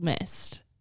missed